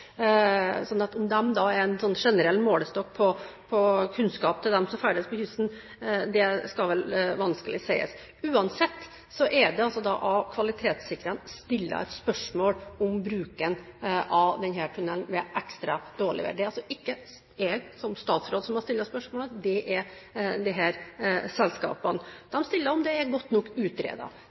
er en generell målestokk på kunnskapen til dem som ferdes på kysten, kan en vanskelig si. Uansett er det fra kvalitetssikrerne stilt spørsmål om bruken av denne tunnelen ved ekstra dårlig vær. Det er altså ikke jeg som statsråd som har stilt spørsmålet. Det er det disse selskapene som har gjort. De spør om det er godt nok